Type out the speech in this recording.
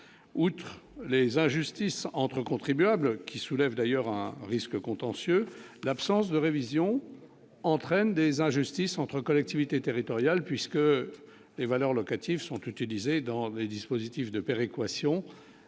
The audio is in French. outres les injustices entre contribuables qui soulève d'ailleurs un risque contentieux : l'absence de révisions entraîne des injustices entre collectivités territoriales puisque les valeurs locatives sont utilisés dans les dispositifs de péréquation,